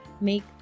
make